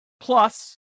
Plus